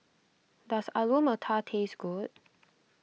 does Alu Matar taste good